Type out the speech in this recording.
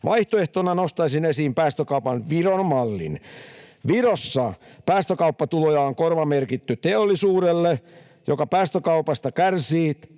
Vaihtoehtona nostaisin esiin päästökaupan Viron mallin. Virossa päästökauppatuloja on korvamerkitty teollisuudelle, joka päästökaupasta kärsii.